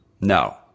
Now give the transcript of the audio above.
No